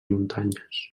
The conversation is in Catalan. muntanyes